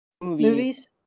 movies